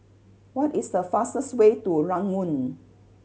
what is the fastest way to Ranggung